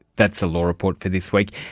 that's the law report for this week.